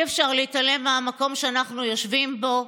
אי-אפשר להתעלם מהמקום שאנחנו יושבים בו.